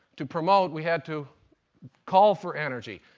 to promote we had to call for energy.